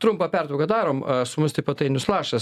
trumpą pertrauką darom su mumis taip pat ainius lašas